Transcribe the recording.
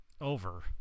Over